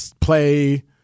play